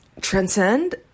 transcend